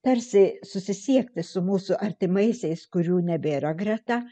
tarsi susisiekti su mūsų artimaisiais kurių nebėra greta